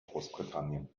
großbritannien